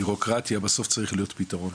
והבירוקרטיה בסוף צריך להיות פתרון.